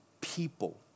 people